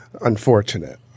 unfortunate